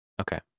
okay